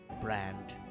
brand